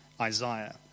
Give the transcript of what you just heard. Isaiah